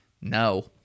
no